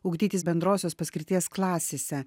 ugdytis bendrosios paskirties klasėse